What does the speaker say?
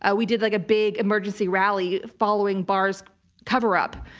ah we did like a big emergency rally following barr's coverup,